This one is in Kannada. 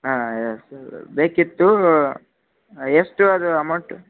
ಹಾಂ ಎಷ್ಟು ಬೇಕಿತ್ತು ಎಷ್ಟು ಅದು ಅಮೌಂಟ್